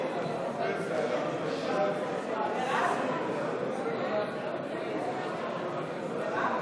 תקציב המדינה לשנים 2017 ו-2018 (הוראות מיוחדות) (הוראת שעה) נתקבל.